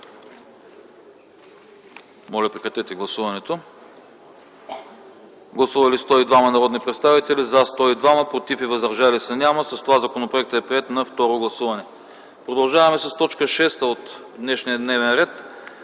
програма „УРБАКТ ІІ”. Гласували 102 народни представители: за 102, против и въздържали се няма. С това законопроектът е приет на второ гласуване. Продължаваме с точка шеста от днешния дневен ред: